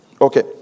Okay